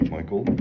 Michael